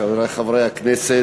גברתי השרה, חברי חברי הכנסת,